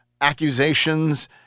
accusations